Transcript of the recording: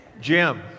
Jim